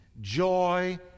joy